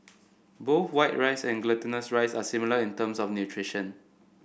both white rice and glutinous rice are similar in terms of nutrition